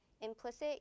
Implicit